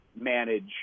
manage